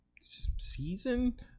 season